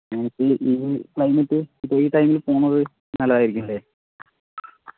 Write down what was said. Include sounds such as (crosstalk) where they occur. ഞാൻ ഇപ്പോൾ (unintelligible) ഡേ ടൈമില് പോകുന്നത് നല്ലതായിരിക്കും അല്ലേ (unintelligible)